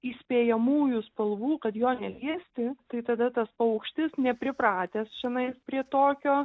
įspėjamųjų spalvų kad jo neliesti tai tada tas aukštis nepripratęs čianais prie tokio